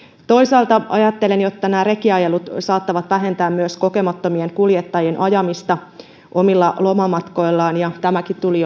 toisaalta ajattelen että nämä rekiajelut saattavat vähentää myös kokemattomien kuljettajien ajamista omilla lomamatkoillaan ja tämäkin tuli